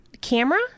camera